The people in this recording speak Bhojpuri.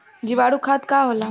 जीवाणु खाद का होला?